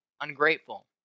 Ungrateful